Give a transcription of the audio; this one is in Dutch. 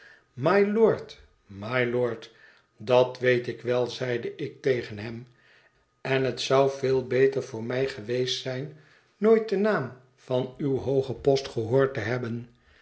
mylord mylord dat weet ik wel zeide ik tegen hem en het zou veel beter voor mij geweest zijn nooit den naam van uw hoogen post gehoord te hebben